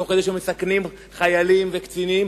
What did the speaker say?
תוך כדי סיכון חיילים וקצינים.